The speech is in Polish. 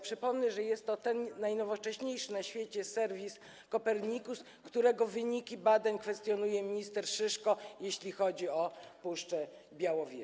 Przypomnę, że jest to ten najnowocześniejszy na świecie serwis Copernicus, którego wyniki badań kwestionuje minister Szyszko, jeśli chodzi o Puszczę Białowieską.